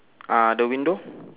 uh the window